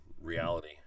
reality